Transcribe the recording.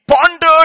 pondered